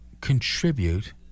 contribute